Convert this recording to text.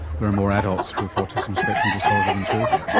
there are more adults with autism spectrum disorder than children.